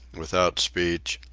without speech,